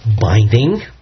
binding